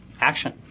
action